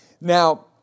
now